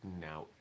now